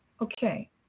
okay